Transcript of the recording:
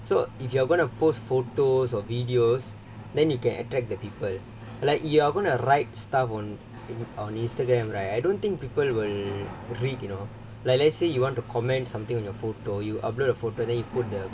so if you are going to post photos or videos then you can attract the people like you're gonna write stuff on in on Instagram right I don't think people when read you know like let's say you want to comment something on your photo you upload a photo then you put the